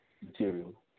material